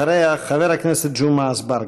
אחריה, חבר הכנסת ג'מעה אזברגה.